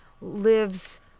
lives